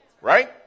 Right